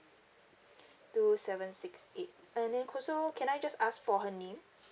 two seven six eight and then also can I just ask for her name